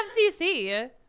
FCC